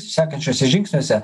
sekančiuose žingsniuose